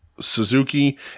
Suzuki